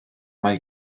mae